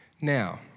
Now